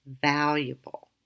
valuable